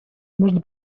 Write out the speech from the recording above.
можно